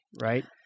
right